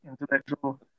intellectual